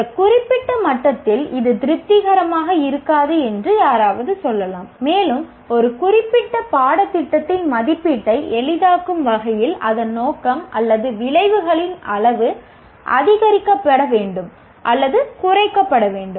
இந்த குறிப்பிட்ட மட்டத்தில் இது திருப்திகரமாக இருக்காது என்று யாராவது சொல்லலாம் மேலும் ஒரு குறிப்பிட்ட பாடத்திட்டத்தின் மதிப்பீட்டை எளிதாக்கும் வகையில் அதன் நோக்கம் அல்லது விளைவுகளின் அளவு அதிகரிக்கப்பட வேண்டும் அல்லது குறைக்கப்பட வேண்டும்